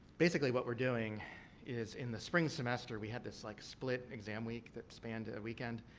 basically, what we're doing is, in the spring semester, we had this, like, split exam week that spanned a weekend.